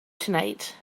tonight